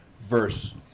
verse